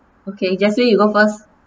okay jasmine you go first